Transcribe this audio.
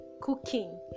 cooking